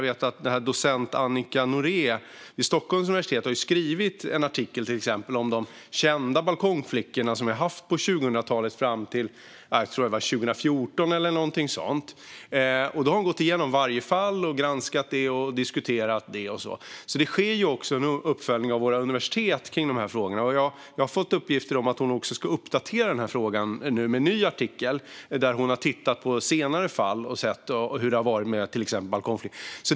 Exempelvis har docent Annika Norée vid Stockholms universitet skrivit en artikel om de balkongflickor vi känt till under 2000-talet fram till omkring 2014. Hon har gått igenom varje fall och har granskat och diskuterat dem. Det sker således också en uppföljning av dessa frågor genom våra universitet. Jag har fått uppgifter om att hon ska uppdatera frågan genom en ny artikel. Hon har tittat på senare fall om hur det har varit med till exempel balkongflickor.